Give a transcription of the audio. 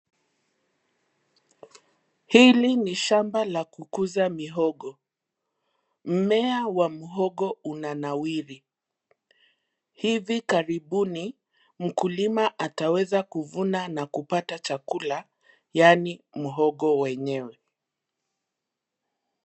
Hili ni shamba la kukuza mihogo mmea wa muhogo unanawiri. Hivi karibuni, mkulima ataweza kuvuna na kupata chakula yaani mhogo wenyewe.